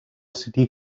city